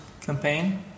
campaign